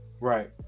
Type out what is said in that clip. right